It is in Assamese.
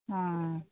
অঁ অঁ অঁ